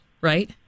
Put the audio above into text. right